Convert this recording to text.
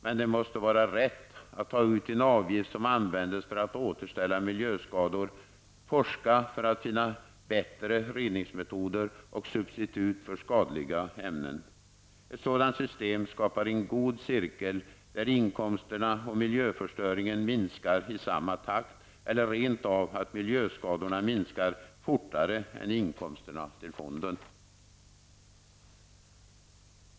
Men det måste vara rätt att ta ut en avgift som används för att återställa miljön efter miljöskador, forska för att finna bättre reningsmetoder och substitut för skadliga ämnen. Ett sådant system skapar en god cirkel, där inkomsterna och miljöförstöringen minskar i samma takt eller rent av att miljöskadorna minskar fortare än inkomsterna till fonder.